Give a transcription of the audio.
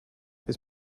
his